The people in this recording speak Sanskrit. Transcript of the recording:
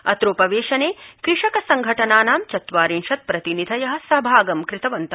अत्रोपवेशने कृषक संघटनानां चत्वारिंशत् प्रतिनिधिय सहभागं कृतवन्त